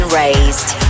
raised